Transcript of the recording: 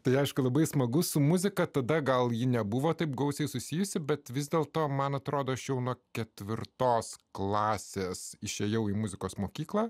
tai aišku labai smagu su muzika tada gal ji nebuvo taip gausiai susijusi bet vis dėlto man atrodo aš jau nuo ketvirtos klasės išėjau į muzikos mokyklą